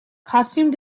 costume